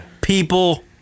People